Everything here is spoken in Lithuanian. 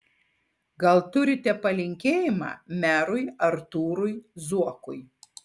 gal turite palinkėjimą merui artūrui zuokui